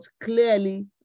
clearly